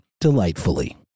delightfully